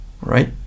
Right